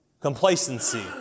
Complacency